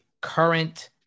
current